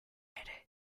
mayday